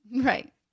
Right